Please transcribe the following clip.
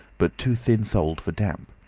but too thin-soled for damp.